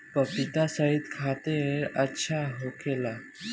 पपिता सेहत खातिर अच्छा होखेला